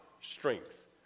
strength